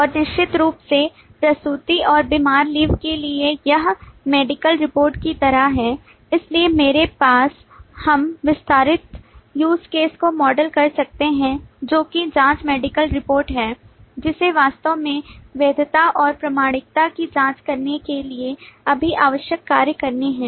और निश्चित रूप से प्रसूति और बीमार लीव के लिए यह मेडिकल रिपोर्ट की तरह है इसलिए मेरे पास हम विस्तारित use case को मॉडल कर सकते हैं जो कि जाँच मेडिकल रिपोर्ट है जिसे वास्तव में वैधता और प्रामाणिकता की जाँच करने के लिए सभी आवश्यक कार्य करने हैं